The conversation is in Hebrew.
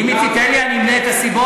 אם היא תיתן לי אני אמנה את הסיבות,